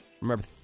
Remember